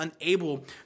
unable